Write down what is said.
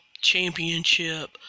championship –